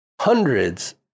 hundreds